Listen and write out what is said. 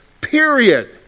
period